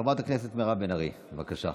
חברת הכנסת מירב בן ארי, בבקשה.